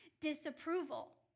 disapproval